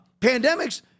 pandemics